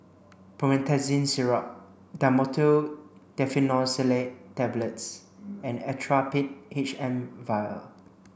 Promethazine Syrup Dhamotil Diphenoxylate Tablets and Actrapid H M vial